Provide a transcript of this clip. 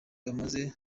bamaze